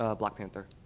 ah black panther.